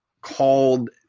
called